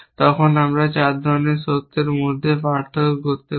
তখন আমরা 4 ধরণের সত্যের মধ্যে পার্থক্য করতে পারি